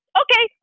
okay